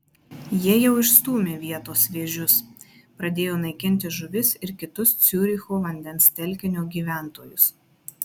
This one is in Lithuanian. jie jau išstūmė vietos vėžius pradėjo naikinti žuvis ir kitus ciuricho vandens telkinio gyventojus